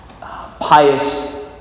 pious